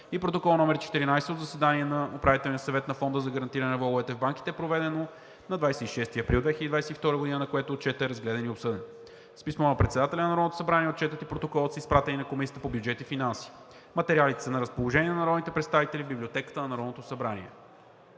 Протокол № 14 от заседание на Управителния съвет на Фонда за гарантиране на влоговете в банките, проведено на 26 април 2022 г., на което Отчетът е разгледан и обсъден. С писмо на председателя на Народното събрание Отчетът и Протоколът са изпратени на Комисията по бюджет и финанси. Материалите са на разположение на народните представители в Библиотеката на Народното събрание.